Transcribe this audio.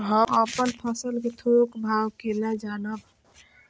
हम अपन फसल कै थौक भाव केना जानब?